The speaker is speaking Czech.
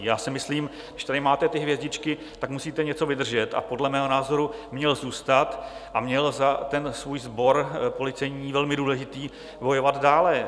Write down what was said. Já si myslím, když tady máte ty hvězdičky, tak musíte něco vydržet, a podle mého názoru měl zůstat a měl za ten svůj sbor policejní, velmi důležitý, bojovat dále.